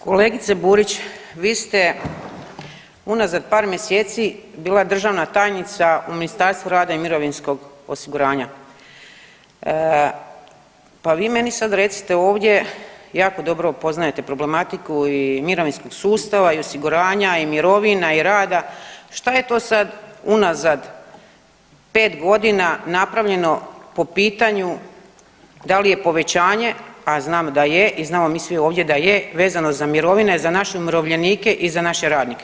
Kolegice Burić, vi ste unazad par mjeseci bila državna tajnica u Ministarstvu rada i mirovinskog osiguranja, pa vi meni sad recite ovdje, jako dobro poznajete problematiku i mirovinskog sustava i osiguranja i mirovina i rada, šta je to sad unazad 5 godina napravljeno po pitanju da li je povećanje, a znamo da je i znamo mi svi ovdje da je, vezano za mirovine za naše umirovljenike i za naše radnike.